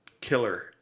killer